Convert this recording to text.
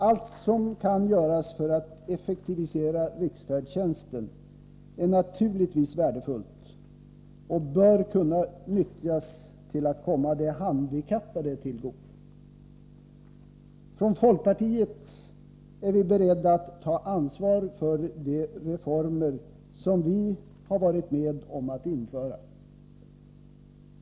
Allt som kan göras för att effektivisera riksfärdtjänsten är naturligtvis värdefullt och bör kunna nyttjas till att komma de handikappade till godo. Från folkpartiet är vi beredda att ta ansvar för de reformer som vi har varit med om att införa.